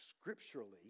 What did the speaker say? scripturally